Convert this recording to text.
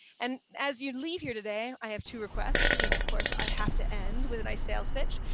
and as you leave here today, i have two requests because, of course, i have to end with a nice sales pitch.